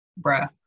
bruh